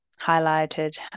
highlighted